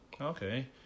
okay